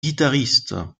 guitariste